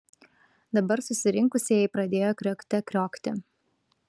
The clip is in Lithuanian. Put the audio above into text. dabar susirinkusieji pradėjo kriokte kriokti